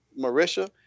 Marisha